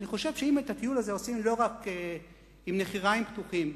אני חושב שאם את הטיול הזה עושים לא רק עם נחיריים פתוחים,